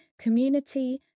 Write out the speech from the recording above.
community